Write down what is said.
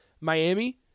Miami